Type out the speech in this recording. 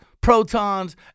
protons